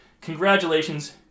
congratulations